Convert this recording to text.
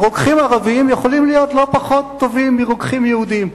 רוקחים ערבים יכולים להיות לא פחות טובים מרוקחים יהודים",